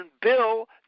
Bill